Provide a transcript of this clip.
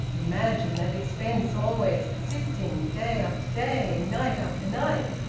imagine that expense always persisting, day after day, night after night!